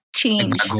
change